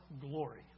Glory